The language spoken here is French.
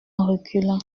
reculant